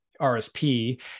RSP